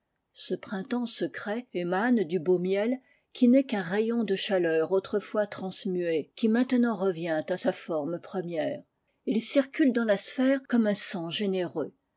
abeilles printemps secret émane du beau miel qui n'est qu'un rayon de chaleur autrefois transmué qui maintenant revient à sa forme première il circule dans la sphère comme un sang généreux